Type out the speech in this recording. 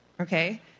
Okay